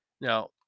Now